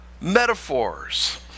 metaphors